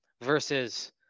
versus